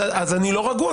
אז אני לא רגוע,